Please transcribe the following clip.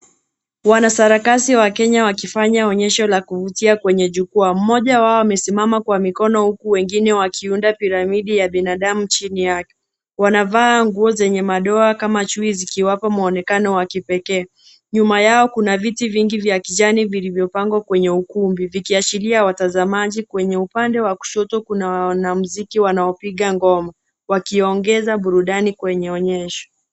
Wanasarakasi wa wa Kenya wakifanya onyesho la kuvutia kwenye jukwaa. Mmoja wao amesimama kwa mikono, huku wengine wakiunda piramidi ya binadamu chini yake. Wanavaa nguo zenye madoa kama chui zikiwapo muonekano wa kipekee. Nyuma yao kuna viti vingi vya kijani vilivyopangwa kwenye ukumbi, vikiashiria watazamaji. Kwenye upande wa kushoto, kuna wanamuziki wanaopiga ngoma, wakiongeza burudani kwenye onyesho.